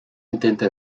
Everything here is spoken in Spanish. intenta